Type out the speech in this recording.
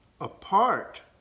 apart